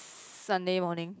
Sunday morning